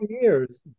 years